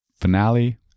finale